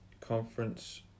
conference